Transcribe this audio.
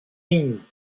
nenhum